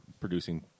producing